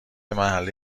محله